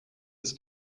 its